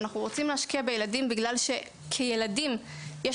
אנחנו רוצים להשקיע בילדים כי כילדים יש